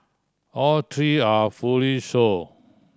all three are fully show